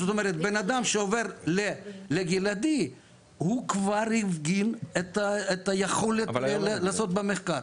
זאת אומרת בן אדם שעובר לגלעדי הוא כבר הפגין את היכולת לעבוד במחקר.